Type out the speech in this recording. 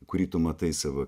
kurį tu matai savo